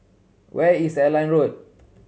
where is Airline Road